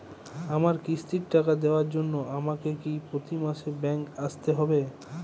আমার কিস্তির টাকা দেওয়ার জন্য আমাকে কি প্রতি মাসে ব্যাংক আসতে হব?